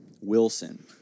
Wilson